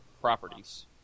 properties